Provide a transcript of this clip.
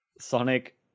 Sonic